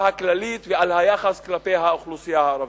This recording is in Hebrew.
הכללית וליחס כלפי האוכלוסייה הערבית.